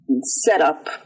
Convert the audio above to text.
setup